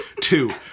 Two